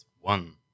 one